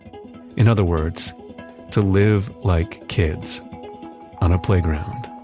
in other words to live like kids on a playground